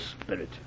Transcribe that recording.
spirit